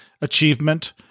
achievement